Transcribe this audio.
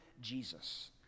Jesus